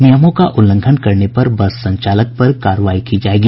नियमों का उल्लंघन करने पर बस संचालक पर कार्रवाई की जायेगी